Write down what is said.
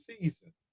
season